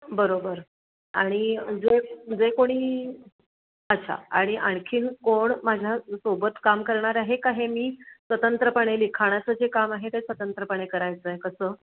बरोबर आणि जे जे कोणी अच्छा आणि आणखीन कोण माझ्यासोबत काम करणार आहे का हे मी स्वतंत्रपणे लिखाणाचं जे काम आहे ते स्वतंत्रपणे करायचं आहे कसं